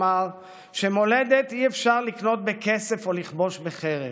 אמר "מולדת אי-אפשר לקנות בכסף או לכבוש בחרב.